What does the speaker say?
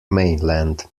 mainland